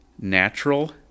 Natural